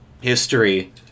history